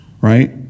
Right